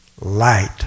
light